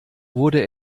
wurde